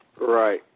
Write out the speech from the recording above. Right